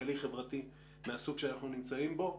כלכלי-חברתי מהסוג שאנחנו נמצאים בו,